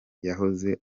yahoze